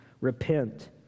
Repent